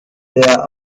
der